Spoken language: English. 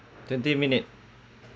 twenty minute